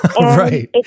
Right